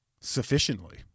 sufficiently